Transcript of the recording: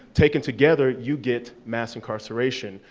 taken together, you get mass incarceration,